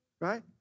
right